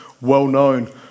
well-known